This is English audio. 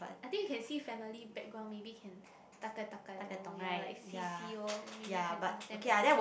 I think you can see family background maybe can 大概大概 lor ya like see see lor maybe can understand better